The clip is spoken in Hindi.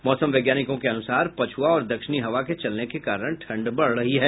मौसम वैज्ञानिकों के अनुसार पछुआ और दक्षिणी हवा के चलने के कारण ठंड बढ़ रही है